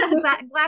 Glad